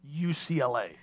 UCLA